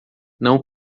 não